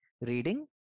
reading